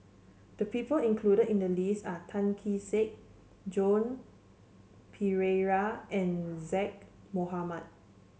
the people included in the list are Tan Kee Sek Joan Pereira and Zaqy Mohamad